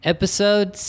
Episode